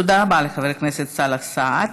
תודה רבה לחבר הכנסת סאלח סעד.